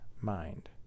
mind